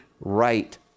right